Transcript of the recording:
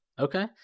Okay